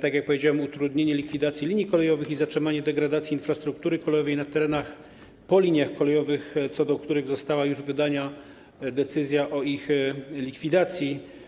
tak jak powiedziałem, utrudnienie likwidacji linii kolejowych i zatrzymanie degradacji infrastruktury kolejowej na terenach po liniach kolejowych, co do których została już wydana decyzja o ich likwidacji.